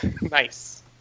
Nice